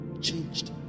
changed